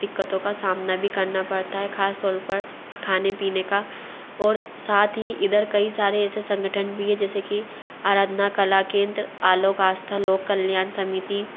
दिक्कतों का सामना भी करना पड़ता है ख़ासतौर पर खाने पीने का और साथ ही इधर कई सारे ऐसे संगठन भी है जैसे कि आराधना कला केन्द्र आलोक आस्था लोक कल्यान समिती